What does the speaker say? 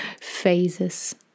phases